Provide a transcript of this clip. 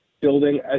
building